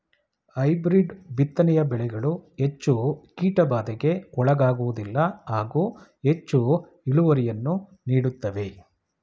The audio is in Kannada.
ಹೈಬ್ರಿಡ್ ಬಿತ್ತನೆಯ ಬೆಳೆಗಳು ಹೆಚ್ಚು ಕೀಟಬಾಧೆಗೆ ಒಳಗಾಗುವುದಿಲ್ಲ ಹಾಗೂ ಹೆಚ್ಚು ಇಳುವರಿಯನ್ನು ನೀಡುತ್ತವೆ